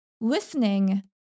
listening